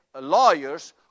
lawyers